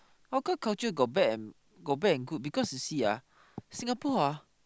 hawker culture got bad and got bad and good because you see ah Singapore ah